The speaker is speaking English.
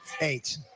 Eight